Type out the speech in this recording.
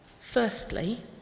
Firstly